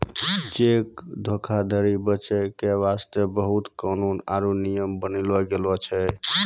cheque धोखाधरी बचै के बास्ते बहुते कानून आरु नियम बनैलो गेलो छै